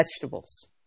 vegetables